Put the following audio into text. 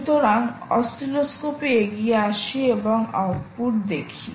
সুতরাং অ্যাসিলোস্কোপ এ এগিয়ে আসি এবং আউটপুট দেখি